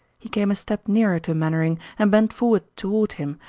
he came a step nearer to mainwaring and bent forward toward him,